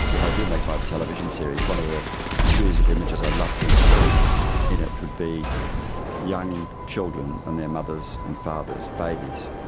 if i do make my television series, one of the series of images i'd love to include in it would be young children and their mothers and fathers, babies.